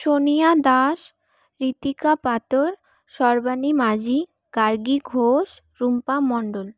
Sonia Das Ritika Patar Sarbani Majhi Gargi Ghosh Rumpa Mondal